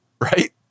right